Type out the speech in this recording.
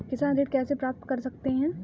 किसान ऋण कैसे प्राप्त कर सकते हैं?